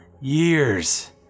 years